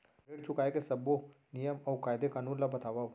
ऋण चुकाए के सब्बो नियम अऊ कायदे कानून ला बतावव